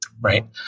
Right